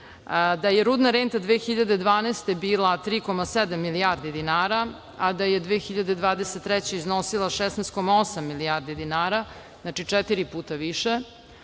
da je rudna renta 2012. godine bila 3,7 milijardi dinara, a da je 2023. godine iznosila 16,8 milijardi dinara, znači, četiri puta više,